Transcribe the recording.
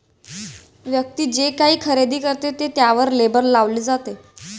व्यक्ती जे काही खरेदी करते ते त्यावर लेबल लावले जाते